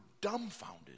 dumbfounded